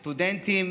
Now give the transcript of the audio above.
סטודנטים,